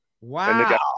Wow